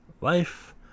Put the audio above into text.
life